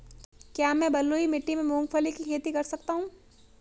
क्या मैं बलुई मिट्टी में मूंगफली की खेती कर सकता हूँ?